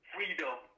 Freedom